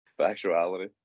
Factuality